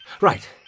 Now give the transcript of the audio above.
Right